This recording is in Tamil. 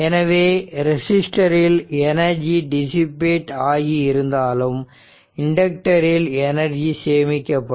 எனவே ரெசிஸ்டரில் எனர்ஜி டிசிபேட் ஆகி இருந்தாலும் இண்டக்டரில் எனர்ஜி சேமிக்கப்படும்